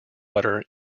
butter